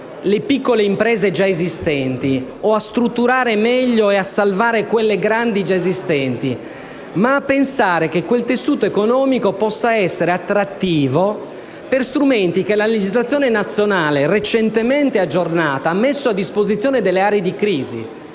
le piccole imprese già esistenti o a strutturare meglio e salvare quelle grandi, ma anche a rendere quel tessuto economico attrattivo, grazie a strumenti che la legislazione nazionale, recentemente aggiornata, ha messo a disposizione delle aree di crisi.